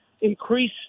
increase